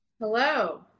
Hello